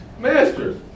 masters